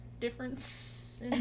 difference